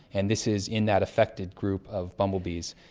and this is in that affected group of bumblebees.